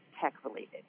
tech-related